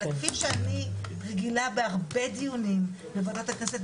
אלא כפי שאני רגילה בהרבה דיונים בוועדת הכנסת,